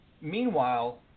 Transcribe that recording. Meanwhile